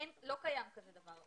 לא קיים דבר כזה.